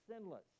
sinless